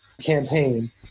campaign